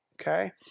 Okay